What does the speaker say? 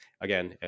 again